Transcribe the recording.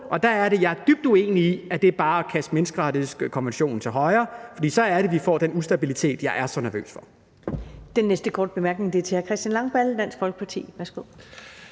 og der er jeg dybt uenig i, at det bare er at kaste menneskerettighedskonventionen til højre, for så er det, at vi får den ustabilitet, jeg er så nervøs for.